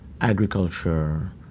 agriculture